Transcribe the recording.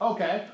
Okay